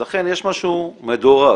לכן יש משהו מדורג